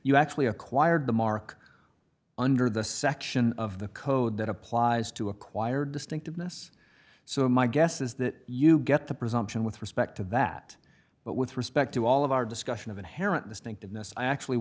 you actually acquired the mark under the section of the code that applies to acquire distinctiveness so my guess is that you get the presumption with respect to that but with respect to all of our discussion of inherent distinctiveness i actually